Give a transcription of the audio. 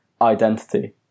identity